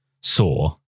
saw